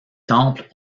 temples